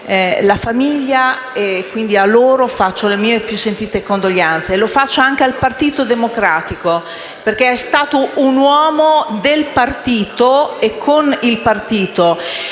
la famiglia e a loro faccio le mie più sentite condoglianze. Le faccio anche al Partito Democratico, perché è stato un uomo del partito e con il partito.